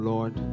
Lord